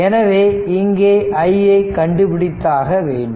எனவே இங்கே i யை கண்டுபிடித்தாக வேண்டும்